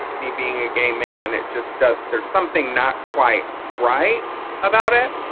me being a gay man. it just does there's something not quite right about it.